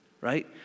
right